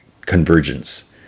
Convergence